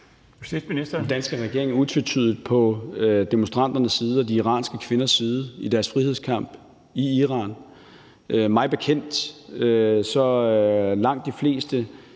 utvetydigt på demonstranternes og de iranske kvinders side i deres frihedskamp i Iran. Mig bekendt har langt de fleste